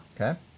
Okay